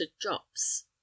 drops